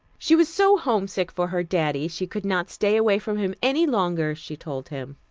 she was so homesick for her daddy, she could not stay away from him any longer, she told him.